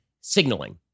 signaling